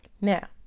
Now